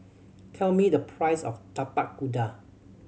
tell me the price of Tapak Kuda